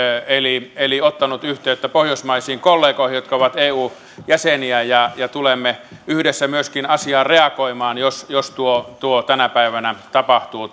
eli eli ottanut yhteyttä pohjoismaisiin kollegoihin jotka ovat eu jäseniä ja ja tulemme yhdessä myöskin asiaan reagoimaan jos jos tuo irtaantuminen tänä päivänä tapahtuu